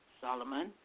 Solomon